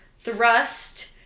thrust